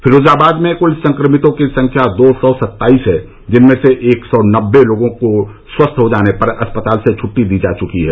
फिरोजाबाद में कुल संक्रमितों की संख्या दो सौ सत्ताईस है जिसमें से एक सौ नब्बे लोगों को स्वस्थ हो जाने पर अस्पताल से छुट्टी दी जा चुकी है